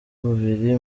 babiri